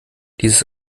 dieses